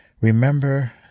Remember